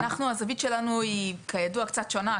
הזווית שלנו היא כידוע קצת שונה,